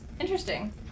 Interesting